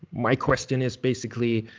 my question is basically,